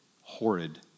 horrid